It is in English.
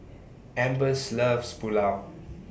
Ambers loves Pulao